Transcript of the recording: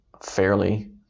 fairly